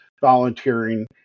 volunteering